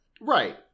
Right